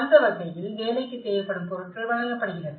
அந்த வகையில் வேலைக்கு தேவைப்படும் பொருட்கள் வழங்கப்படுகிறது